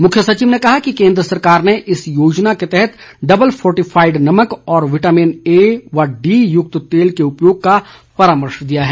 मुख्य सचिव ने कहा कि केन्द्र सरकार ने इस योजना के तहत डबल फोर्टिफाईड नमक और विटामिन ए और डी युक्त तेल के उपयोग का परामर्श दिया है